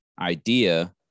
idea